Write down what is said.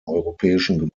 europäischen